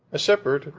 a shepherd,